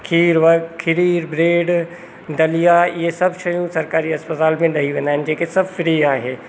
खीरु व खीरु ब्रैड दलिया ईअं सभु शयूं सरकारी अस्पताल में ॾेई वेंदा आहिनि जेके सभु फ्री आहे